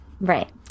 Right